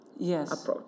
Yes